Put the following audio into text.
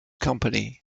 company